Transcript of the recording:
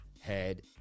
head